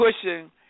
pushing